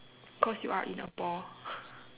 cause you are in a ball